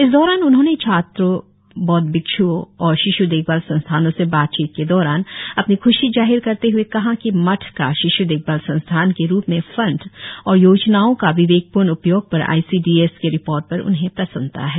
इस दौरान उन्होंने छात्रों बौद्ध भिक्षुओं और शिश् देखभाल संस्थानों से बातचित के दौरान अपनी ख्शी जाहिर करते हुए कहा कि मठ का शिश् देखभाल संस्थान के रुप में फण्ड और योजनाओ का विवेकपूर्ण उपयोग पर आई सी डी एस के रिपोर्ट पर उन्हें प्रसन्नता है